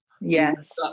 Yes